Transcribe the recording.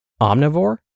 omnivore